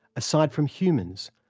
aside from humans,